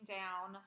down